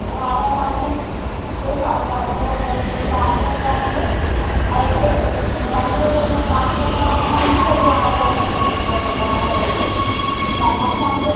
അതായത് അവിടെത്തന്നെ റിസോർട്ടും കാര്യങ്ങളും എല്ലാം ഉണ്ട് നിങ്ങൾ ഫാമിലി ആയിട്ടാണെങ്കിൽ അതായത് പിന്നെ രണ്ട് പേരുളള ഭാര്യയും ഭർത്താവും അങ്ങനെ ആണെങ്കിൽ ഒരു ആയിരം ആയിരത്തി ഇരുന്നൂറ് രൂപ അങ്ങനയെ വരുള്ളൂ പിന്നെ അല്ലാണ്ട് ഫാമിലി